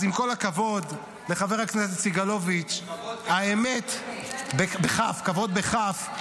אז עם כל הכבוד לחבר הכנסת סגלוביץ' כבוד בכ"ף,